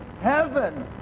heaven